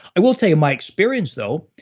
i will tell you my experience though.